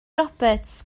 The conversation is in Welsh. roberts